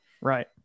right